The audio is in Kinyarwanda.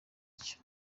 cyo